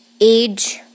age